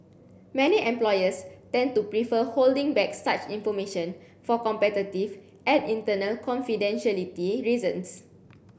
many employers tend to prefer holding back such information for competitive and internal confidentiality reasons